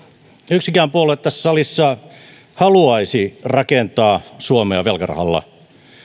yksikään puolue tässä salissa haluaisi rakentaa suomea velkarahalla